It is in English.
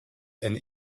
and